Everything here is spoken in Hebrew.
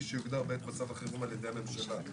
שיוגדר בעת מצב החירום על ידי הממשלה.